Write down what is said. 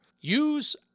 Use